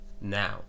now